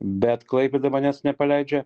bet klaipėda manęs nepaleidžia